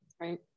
right